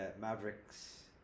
Mavericks